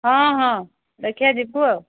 ହଁ ହଁ ଦେଖିବା ଯିବୁ ଆଉ